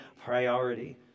priority